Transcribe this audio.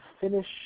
finish